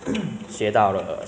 好我们讲到